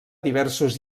diversos